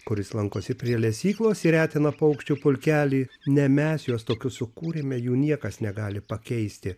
kuris lankosi prie lesyklos ir retina paukščių pulkelį ne mes juos tokius sukūrėme jų niekas negali pakeisti